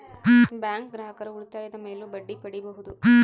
bank ಗ್ರಾಹಕರು ಉಳಿತಾಯದ ಮೇಲೂ ಬಡ್ಡಿ ಪಡೀಬಹುದು